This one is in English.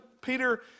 Peter